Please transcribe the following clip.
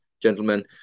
gentlemen